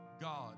God